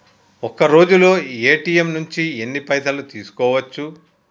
ఒక్కరోజులో ఏ.టి.ఎమ్ నుంచి ఎన్ని పైసలు తీసుకోవచ్చు?